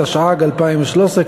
התשע"ג 2013,